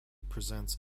presents